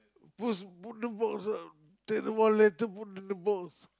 put put the box ah take the one letter put to the box